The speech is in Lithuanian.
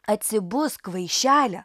atsibusk kvaišele